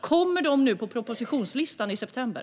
Kommer de på propositionslistan i september?